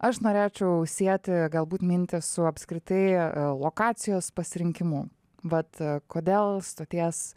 aš norėčiau sieti galbūt mintį su apskritai lokacijos pasirinkimu vat kodėl stoties